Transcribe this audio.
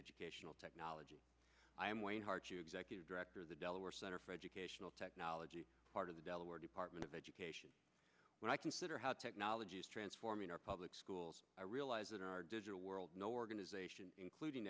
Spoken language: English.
educational technology i am way hard to executive director of the delaware center for educational technology part of the delaware department of education when i consider how technology is transforming our public schools i realize that our digital world no organization including